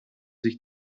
sich